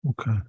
Okay